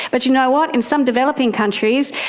but you know what, in some developing countries,